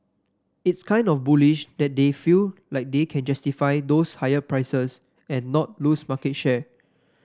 it's kind of bullish that they feel like they can justify those higher prices and not lose market share